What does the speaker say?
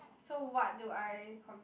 so what do I con~